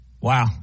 Wow